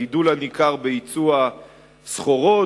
הגידול הניכר ביצוא הסחורות,